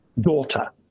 daughter